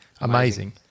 Amazing